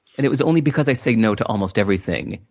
and, it was only because i say no to almost everything,